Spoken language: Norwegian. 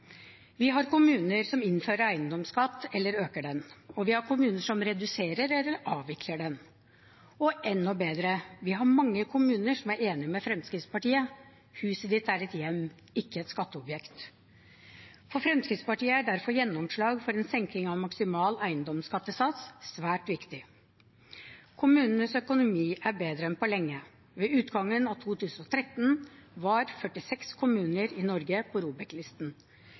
Vi har kommuner som innfører eiendomsskatt eller øker den, og vi har kommuner som reduserer eller avvikler den. Og enda bedre: Vi har mange kommuner som er enig med Fremskrittspartiet i at huset ditt er et hjem og ikke et skatteobjekt. For Fremskrittspartiet er derfor gjennomslag for en senkning av maksimal eiendomsskattesats svært viktig. Kommunenes økonomi er bedre enn på lenge. Ved utgangen av 2013 var 46 kommuner i Norge på